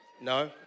No